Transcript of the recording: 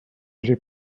j’ai